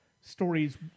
stories